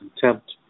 contempt